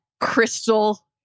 crystal